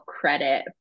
credit